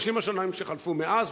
30 השנים שחלפו מאז,